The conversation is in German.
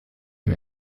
dem